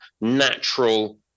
natural